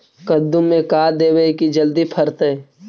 कददु मे का देबै की जल्दी फरतै?